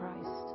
Christ